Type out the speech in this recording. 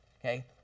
okay